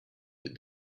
did